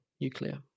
nuclear